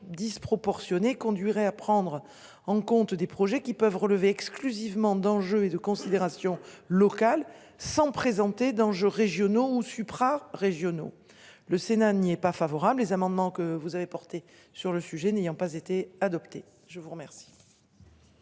disproportionné conduirait à prendre en compte des projets qui peuvent relever exclusivement d'enjeux et de considérations locales sans présenter d'enjeux régionaux supra. Régionaux le Sénat n'y est pas favorable, les amendements que vous avez porté sur le sujet. N'ayant pas été adopté. Je vous remercie.